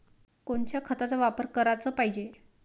कोनच्या खताचा वापर कराच पायजे?